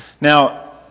Now